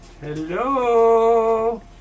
Hello